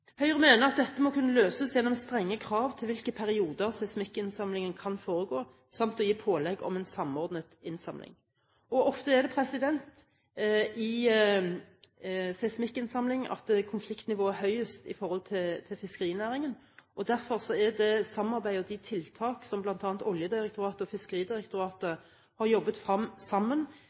Høyre mener at dette må kunne løses gjennom strenge krav til hvilke perioder seismikkinnsamlingen kan foregå samt å gi pålegg om en samordnet innsamling. Ofte er det i seismikkinnsamling at konfliktnivået er høyest i forhold til fiskerinæringen. Derfor er det samarbeidet og de tiltak som bl.a. Oljedirektoratet og Fiskeridirektoratet har jobbet frem sammen